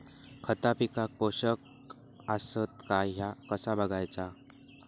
खता पिकाक पोषक आसत काय ह्या कसा बगायचा?